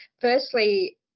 Firstly